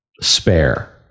spare